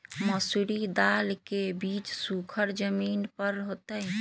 मसूरी दाल के बीज सुखर जमीन पर होतई?